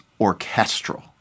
orchestral